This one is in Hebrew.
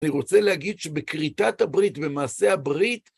אני רוצה להגיד שבכריתת הברית, במעשה הברית,